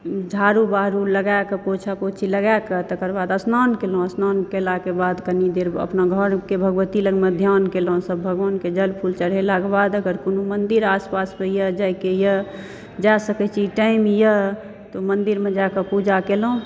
झाड़ू बहारू लगायकऽ पोछा पोछी लगायकऽ तकर बाद स्नान केलौं स्नान केलाक बाद कनि देर अपना घरके भगवती लगमे ध्यान केलौं सब भगवानके जल फूल चढ़ेलाक बाद अगर कोनो मन्दिर आस पास मे येए जाइके येए जाय सकै छी टाइम येए तऽ मन्दिरमे जायके पूजा केलौं